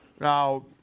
Now